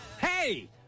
Hey